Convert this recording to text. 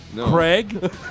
Craig